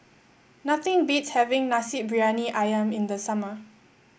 nothing beats having Nasi Briyani ayam in the summer